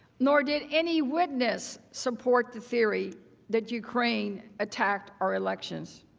nor did any witness support the theory that ukraine attacked our elections.